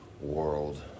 world